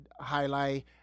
Highlight